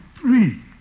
Three